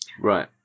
Right